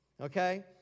Okay